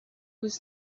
was